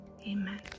Amen